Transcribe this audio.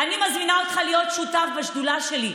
אני מזמינה אותך להיות שותף לשדולה שלי,